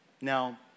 Now